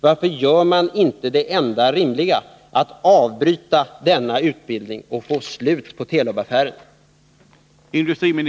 Varför gör man inte det enda rimliga, som är att avbryta denna utbildning och få slut på Telubaffären?